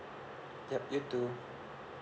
yup you too